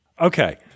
okay